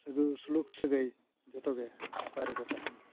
ᱥᱩᱫᱷᱩ ᱥᱩᱞᱩᱠ ᱥᱟᱹᱜᱟᱹᱭ ᱡᱚᱛᱚᱜᱮ ᱱᱟᱯᱟᱭ ᱨᱮᱜᱮ ᱛᱟᱦᱮᱱᱟ